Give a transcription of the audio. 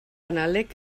anàleg